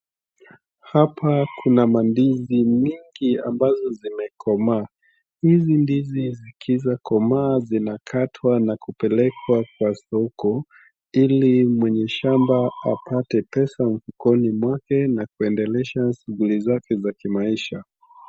Hapa kuna mandizi mingi ambazo zimekomaa. Hizi ndizi zikiza komaa zinakatwa nakupelekwa kwa soko ili mwenye shamba apate pesa mfukoni mwake na kuendelesha shughuli zake za kimaisha.